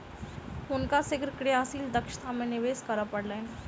हुनका शीघ्र क्रियाशील दक्षता में निवेश करअ पड़लैन